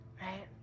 right